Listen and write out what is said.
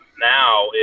now